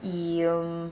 you